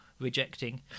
rejecting